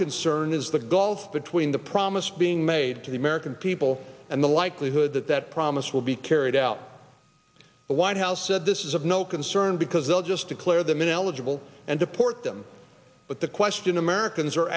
concern is the gulf between the promise being made to the american people and the likelihood that that promise will be carried out the white house said this is of no concern because they'll just declare them ineligible and deport them but the question americans are